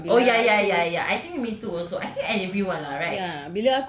oh ya ya ya ya I think me too also I think everyone lah right